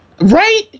right